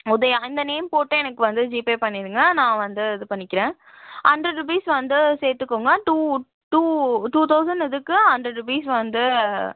உதயா இந்த நேம் போட்டுடே எனக்கு ஜிபே பண்ணிடுங்க நான் வந்து இது பண்ணிக்கிறேன் ஹண்ட்ரட் ருபீஸ் வந்து சேர்த்துக்கோங்க டூ டூ டூ தௌசண்ட் இதுக்கு ஹண்ட்ரட் ருபீஸ் வந்து